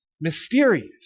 mysterious